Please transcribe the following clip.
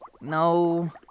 no